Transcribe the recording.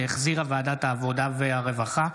שהחזירה ועדת העבודה והרווחה.